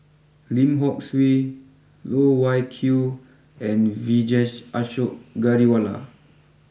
Lim Hock Siew Loh Wai Kiew and Vijesh Ashok Ghariwala